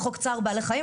נעשה על-פי היתר מראש.